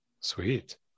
Sweet